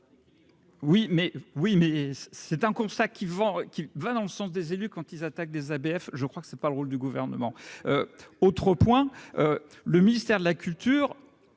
oui, mais c'est un constat qui vont, qui va dans le sens des élus quand ils attaquent des ABF, je crois que c'est pas le rôle du gouvernement autre point le ministère de la culture